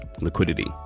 liquidity